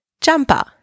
Jumper